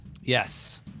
Yes